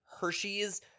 Hershey's